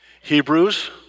Hebrews